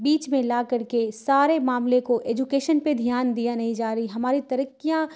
بیچ میں لا کر کے سارے معاملے کو ایجوکیشن پہ دھیان دیا نہیں جا رہی ہماری ترقیاں